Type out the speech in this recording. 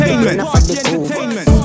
entertainment